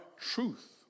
truth